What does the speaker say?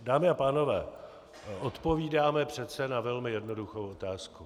Dámy a pánové, odpovídáme přece na velmi jednoduchou otázku.